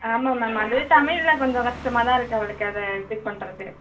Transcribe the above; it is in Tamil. ஆமாம் மேம் அது தமிழில் கொஞ்சம் கஷ்டமாகதான் இருக்குது அவளுக்கு அதை இது பண்றது